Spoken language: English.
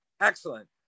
excellent